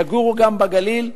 הם גם יגורו בגליל.